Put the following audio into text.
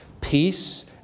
Peace